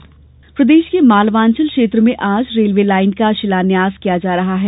railway Goyal प्रदेश के मालवांचल क्षेत्र में आज रेलवे लाइन का शिलान्यास किया जा रहा है